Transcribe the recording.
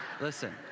listen